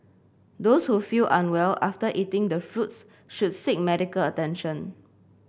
those who feel unwell after eating the fruits should seek medical attention